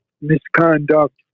misconduct